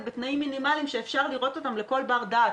בתנאים מינימליים שאפשר לראות אותם על ידי כל בר דעת,